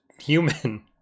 human